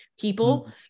people